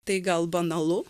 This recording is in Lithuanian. tai gal banalu